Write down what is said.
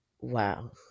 wow